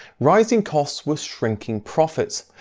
rising costs were shrinking profits.